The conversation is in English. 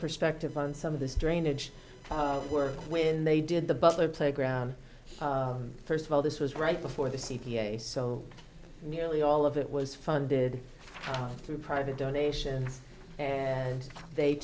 perspective on some of this drainage work when they did the butler playground first of all this was right before the c p a so nearly all of it was funded through private donations and they